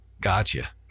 Gotcha